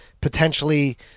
potentially